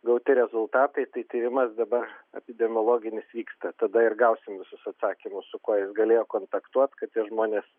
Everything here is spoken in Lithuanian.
gauti rezultatai tai tyrimas dabar epidemiologinis vyksta tada ir gausim visus atsakymus su kuo jis galėjo kontaktuot kad tie žmonės